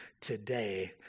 today